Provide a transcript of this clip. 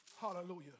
Hallelujah